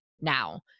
now